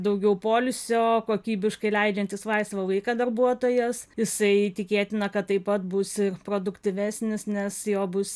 daugiau poilsio kokybiškai leidžiantys laisvą laiką darbuotojas jisai tikėtina kad taip pat bus ir produktyvesnis nes jo bus